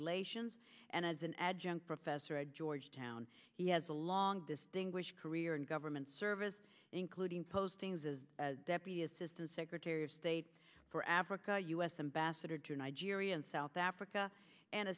relations and as an adjunct professor at georgetown he has a long distinguished career in government service including postings as deputy assistant secretary of state for africa u s ambassador to nigeria and south africa and